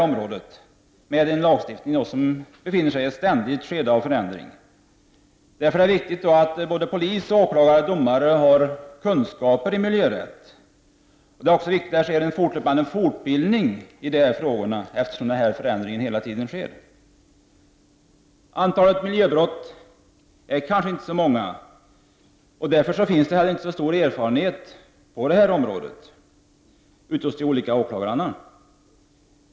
Lagstiftningen på detta område befinner sig ständigt i ett skede av förändring, och det är därför viktigt att såväl polis som åklagare och domare har kunskaper i miljörätt. På grund av denna ständiga förändring är det dessutom viktigt att det sker en fortlöpande fortbildning i dessa frågor. Antalet miljöbrott är kanske inte så stort, och det finns av denna anledning ute hos åklagarna kanske inte heller så stor erfarenhet på detta område.